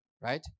right